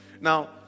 Now